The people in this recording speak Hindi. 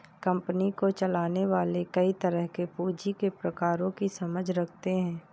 कंपनी को चलाने वाले कई तरह के पूँजी के प्रकारों की समझ रखते हैं